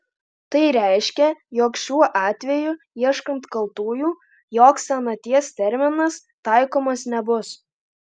tai reiškia jog šiuo atveju ieškant kaltųjų joks senaties terminas taikomas nebus